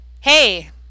hey